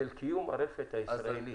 קיום הרפת הישראלית.